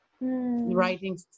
Writing